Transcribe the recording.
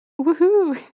Woohoo